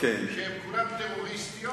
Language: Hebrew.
שהן כולן טרוריסטיות,